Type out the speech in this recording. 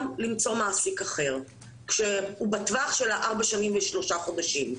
למצוא מעסיק אחר כשהוא בטווח של 4 שנים ו-3 חודשים.